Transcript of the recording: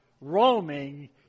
roaming